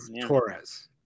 Torres